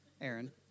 Aaron